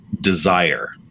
desire